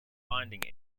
finding